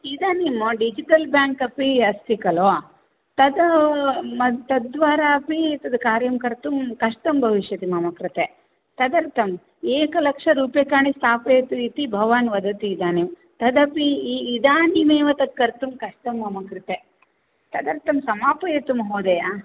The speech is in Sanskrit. इदानीं डिजिटल् बेङ्क् अपि अस्ति कलु तद् म तद्द्वारा अपि तद् कार्यं कर्तुं कष्टं भविष्यति मम कृते तदर्थं एकलक्षरूप्यकाणि स्थापयतु इति भवान् वदति इदानीं तदपि इ इदानीं एव तद् कर्तुं कष्टं मम कृते तदर्थं समापयतु महोदय